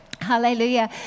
Hallelujah